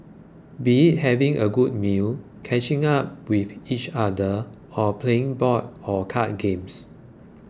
be it having a good meal catching up with each other or playing board or card games